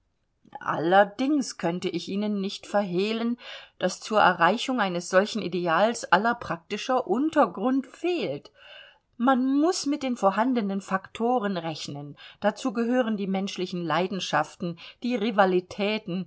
allerdings könnte ich ihnen nicht verhehlen daß zur erreichung eines solchen ideals aller praktischer untergrund fehlt man muß mit den vorhandenen faktoren rechnen dazu gehören die menschlichen leidenschaften die rivalitäten